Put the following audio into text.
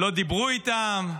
לא דיברו איתם.